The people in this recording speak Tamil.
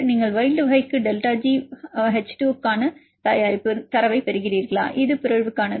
நீங்கள் வைல்ட் வகைக்கு டெல்டா ஜி H2O க்கான ஒரு தயாரிப்பு தரவைப் பெறுகிறீர்களா இது இது பிறழ்வுக்கானது